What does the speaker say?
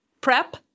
prep